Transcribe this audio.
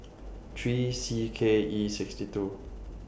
three C K E sixty two